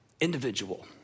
individual